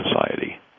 society